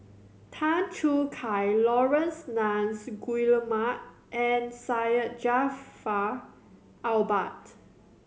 Tan Choo Kai Laurence Nunns Guillemard and Syed Jaafar Albar